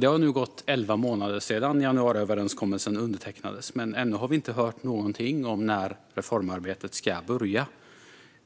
Det har nu gått elva månader sedan januariöverenskommelsen undertecknades, men ännu har vi inte hört någonting om när reformarbetet ska börja.